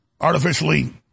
artificially